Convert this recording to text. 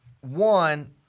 one